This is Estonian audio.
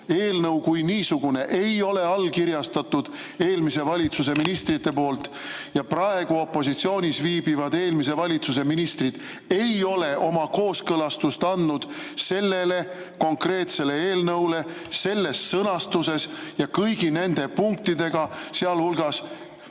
Eelnõu kui niisugune ei ole allkirjastatud eelmise valitsuse ministrite poolt ja praegu opositsioonis viibivad eelmise valitsuse ministrid ei ole oma kooskõlastust andnud sellele konkreetsele eelnõule selles sõnastuses ja kõigi nende punktidega, sealhulgas